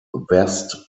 vest